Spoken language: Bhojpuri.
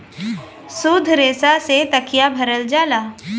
सुद्ध रेसा से तकिया भरल जाला